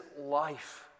life